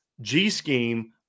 G-scheme